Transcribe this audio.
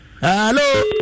Hello